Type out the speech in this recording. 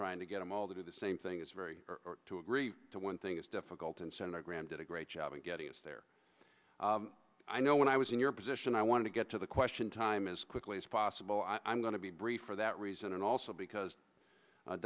trying to get them all they do the same thing is very to agree to one thing is difficult and senator graham did a great job in getting us there i know when i was in your position i want to get to the question time as quickly as possible i'm going to be brief for that reason and also because